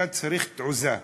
אתה צריך תעוזה,